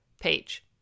page